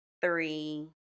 Three